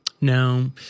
Now